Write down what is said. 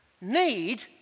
need